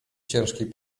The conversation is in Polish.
ciężkiej